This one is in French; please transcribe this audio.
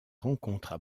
rencontrent